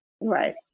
Right